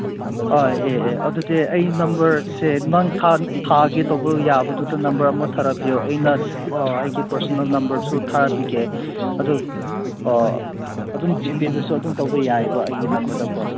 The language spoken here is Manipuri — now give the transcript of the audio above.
ꯍꯣꯏ ꯑꯦ ꯑꯦ ꯑꯗꯨꯗꯤ ꯑꯩ ꯅꯝꯕꯔꯁꯦ ꯅꯪ ꯊꯥꯒꯦ ꯇꯧꯕ ꯌꯥꯕꯗꯨꯗ ꯅꯝꯕꯔ ꯑꯃ ꯊꯥꯔꯛꯄꯤꯌꯣ ꯑꯩꯅ ꯑꯩꯒꯤ ꯄꯔꯁꯣꯅꯦꯜ ꯅꯝꯕꯔꯁꯨ ꯊꯥꯕꯤꯒꯦ ꯑꯗꯣ ꯑꯣ ꯑꯗꯨꯝ ꯖꯤꯄꯦꯗꯁꯨ ꯑꯗꯨꯝ ꯇꯧꯕ ꯌꯥꯏꯌꯦꯕ ꯑꯩꯒꯤ ꯅꯝꯕꯔꯗꯀꯣ